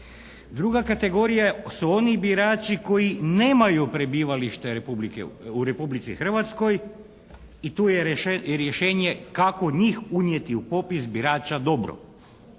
Druga kategorija su oni birači koji nemaju prebivalište u Republici Hrvatskoj i tu je rješenje kako njih unijeti u popis birača dobro.